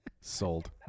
Sold